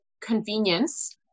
convenience